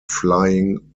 flying